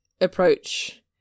approach